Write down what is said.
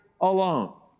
alone